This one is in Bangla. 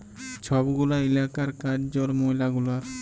ছব গুলা ইলাকার কাজ জল, ময়লা গুলার